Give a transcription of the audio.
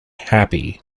happy